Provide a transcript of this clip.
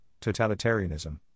totalitarianism